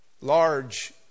Large